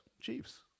Chiefs